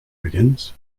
begins